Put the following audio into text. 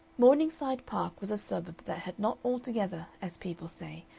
morningside park was a suburb that had not altogether, as people say,